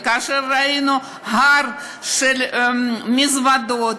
וכאשר ראינו הר של מזוודות,